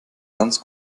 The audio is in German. ganz